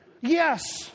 Yes